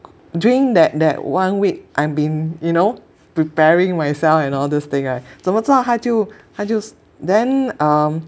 during that that one week I've been you know preparing myself and all this thing right 怎么知道它就它就是 then um